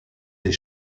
des